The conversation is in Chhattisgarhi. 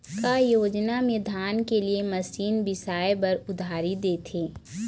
का योजना मे धान के लिए मशीन बिसाए बर उधारी देथे?